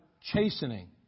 chastening